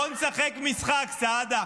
בוא נשחק משחק, סעדה: